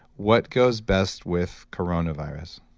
what goes best with coronavirus?